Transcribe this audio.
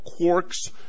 quarks